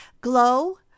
Glow